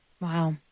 Wow